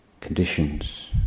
conditions